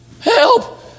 Help